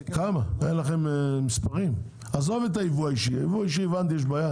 כרגע את הייבוא האישי, לגבי זה הבנתי שיש בעיה